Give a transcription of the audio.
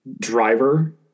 driver